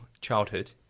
childhood